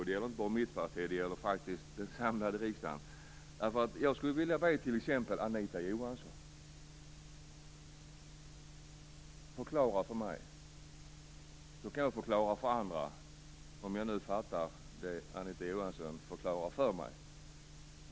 Det gäller inte bara mitt parti, det gäller faktiskt den samlade riksdagen. Jag skulle vilja be t.ex. Anita Johansson förklara för mig, så att jag kan förklara för andra - om jag nu fattar det Anita Johansson förklarar för mig.